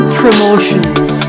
promotions